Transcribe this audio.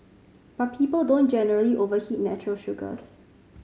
but people don't generally oveheat natural sugars